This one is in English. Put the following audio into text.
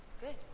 Good